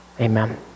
amen